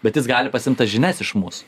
bet jis gali pasiimt tas žinias iš mūsų